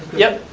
yep.